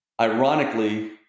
ironically